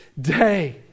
day